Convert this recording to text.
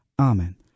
Amen